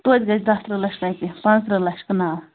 توتہِ گَژھِ دَہ ترٕٛہ لچھ رۄپیہِ پانٛژٕ ترٕٛہ لَچھ کٕنان